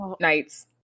nights